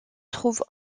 trouve